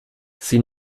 sie